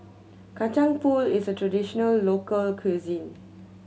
Kacang Pool is a traditional local cuisine